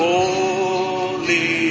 Holy